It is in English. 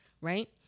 right